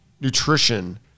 nutrition